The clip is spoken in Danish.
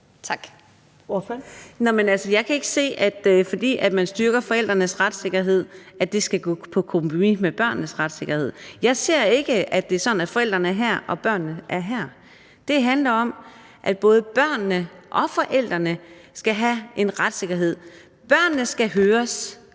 ikke se, at man, fordi man styrker forældrenes retssikkerhed, så skal gå på kompromis med børnenes retssikkerhed. Jeg ser ikke, at det er sådan, at forældrene er her, og at børnene er der. Det handler om, at både børnene og forældrene skal have en retssikkerhed. Børnene skal høres,